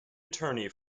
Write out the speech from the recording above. attorney